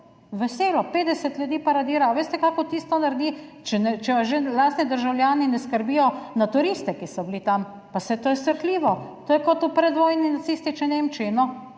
Veselo 50 ljudi paradira. Veste kakšen vtis to naredi, če vas že lastni državljani ne skrbijo, na turiste, ki so bili tam. Pa saj to je srhljivo! To je kot v predvojni nacistični Nemčiji.